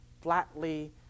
flatly